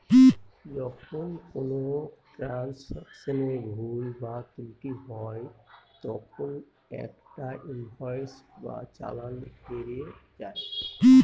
যখন কোনো ট্রান্সাকশনে ভুল বা ত্রুটি হয় তখন একটা ইনভয়েস বা চালান বেরোয়